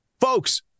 folks